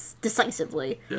Decisively